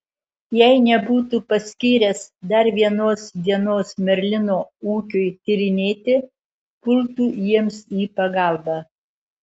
jei nebūtų paskyręs dar vienos dienos merlino ūkiui tyrinėti pultų jiems į pagalbą